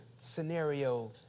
scenario